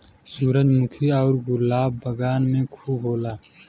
सूरजमुखी आउर गुलाब बगान में खूब होला